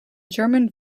german